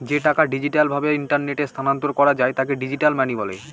যে টাকা ডিজিটাল ভাবে ইন্টারনেটে স্থানান্তর করা যায় তাকে ডিজিটাল মানি বলে